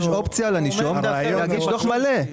יש אופציה לנישום להגיש דו"ח מלא,